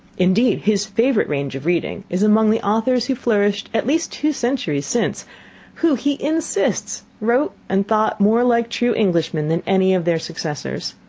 indeed, his favourite range of reading is among the authors who flourished at least two centuries since who, he insists, wrote and thought more like true englishmen than any of their successors.